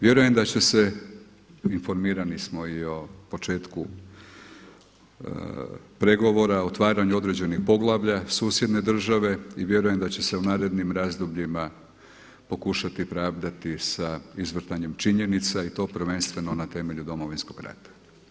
Vjerujem da će se, informirani smo i o početku pregovora o otvaranju određenih poglavlja susjedne države i vjerujem da će se u narednim razdobljima pokušati pravdati sa izvrtanjem činjenica i to prvenstveno na temelju Domovinskog rata.